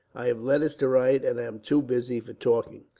i have letters to write, and am too busy for talking.